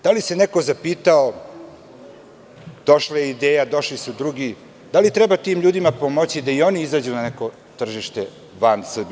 Da li se neko zapitao, došla je „Idea“, došli su drugi, da li treba tim ljudima pomoći da i oni izađu na neko tržište van Srbije?